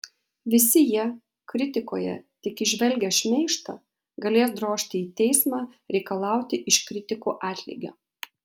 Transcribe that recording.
visi jie kritikoje tik įžvelgę šmeižtą galės drožti į teismą reikalauti iš kritikų atlygio